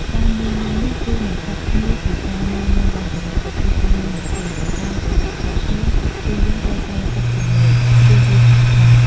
ការមូលនំនេះគឺមិនខុសគ្នាពីការមូលនាំបាញ់ចានឿកប្រភេទទីមួយនោះទេ ប៉ុន្តែអ្វីដែលខុសគ្នាគឺយើងត្រូវប្រើទឹកជំនួយ ព្រោះវាស្អិតខ្លាំង។